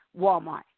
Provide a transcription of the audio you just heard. Walmart